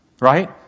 Right